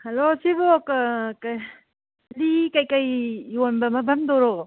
hello ꯁꯤꯕꯨ ꯀꯔꯤ ꯐꯗꯤ ꯀꯔꯤ ꯀꯔꯤ ꯌꯣꯟꯕ ꯃꯐꯝꯗꯨꯔꯣ